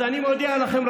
אז אני מודיע לכם,